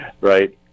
right